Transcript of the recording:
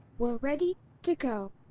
we're ready to go!